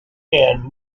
and